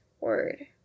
word